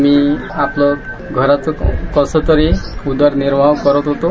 मी आपलं घराचं कसतरी उदरनिर्वाह करत होतो